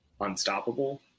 unstoppable